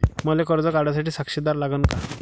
मले कर्ज काढा साठी साक्षीदार लागन का?